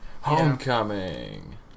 Homecoming